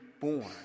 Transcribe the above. born